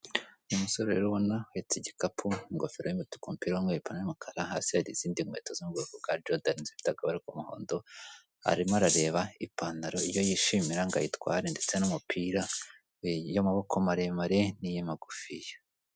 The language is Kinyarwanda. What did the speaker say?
Uyu musore rero ubona uhetse igikapu ingofero y'imituku umupira w'umweru ipantaro y'umukara, hasi hari izindi nkweto zo mu bwoko bwa jodani zifite akabara k'umuhondo, arimo arareba ipantaro iyo yishimira ngo ayitware ndetse n'umupira y'amaboko maremare niya magufiya.